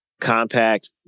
Compact